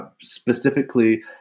specifically